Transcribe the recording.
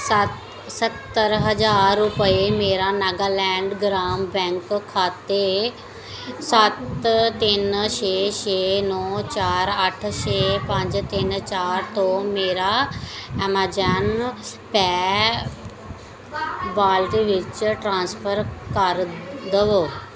ਸੱਤ ਸੱਤਰ ਹਜ਼ਾਰ ਰੁਪਏ ਮੇਰਾ ਨਾਗਾਲੈਂਡ ਗ੍ਰਾਮ ਬੈਂਕ ਖਾਤੇ ਸੱਤ ਤਿੰਨ ਛੇ ਛੇ ਨੌਂ ਚਾਰ ਅੱਠ ਛੇ ਪੰਜ ਤਿੰਨ ਚਾਰ ਤੋਂ ਮੇਰਾ ਐਮਾਜ਼ਾਨ ਪੈ ਵਾਲਿਟ ਵਿੱਚ ਟ੍ਰਾਂਸਫਰ ਕਰ ਦੇਵੋ